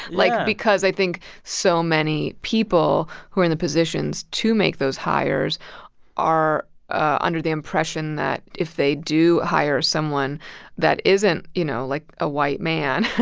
like, because i think so many people who are in the positions to make those hires are under the impression that if they do hire someone that isn't, you know, like, a white man,